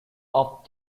off